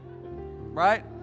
Right